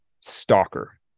stalker